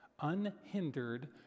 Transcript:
unhindered